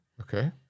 Okay